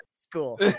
school